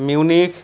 Munich